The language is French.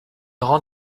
rend